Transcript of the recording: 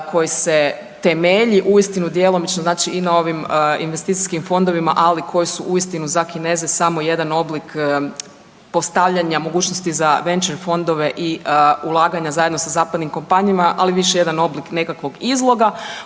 koji se temelji uistinu djelomično i na ovim investicijskim fondovima, ali koji su uistinu za Kineze samo jedan oblik postavljanja mogućnosti za venčer fondove i ulaganja zajedno sa zapadnim kompanijama, ali više jedan oblik nekakvog izloga